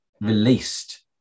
released